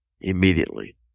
immediately